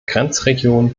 grenzregionen